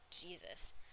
Jesus